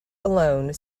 alone